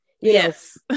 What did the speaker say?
Yes